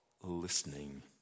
listening